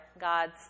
God's